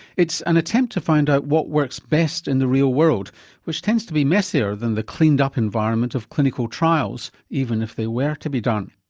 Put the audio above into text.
it's an attempt to find out what works best in the real world which tends to be messier than the cleaned up environment of clinical trials, even if they were to be done.